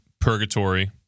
purgatory